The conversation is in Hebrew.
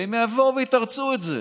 והם יבואו ויתרצו את זה: